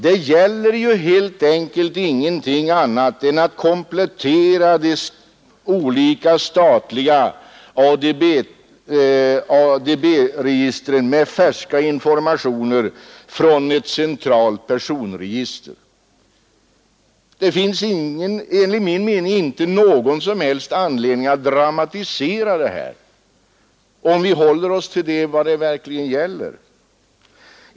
Det gäller helt enkelt ingenting annat än att komplettera de olika statliga ADB-registren med färska informationer från ett centralt personregister. Enligt min mening finns det inte någon som helst anledning att dramatisera det här, om vi håller oss till vad det verkligen gäller.